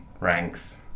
ranks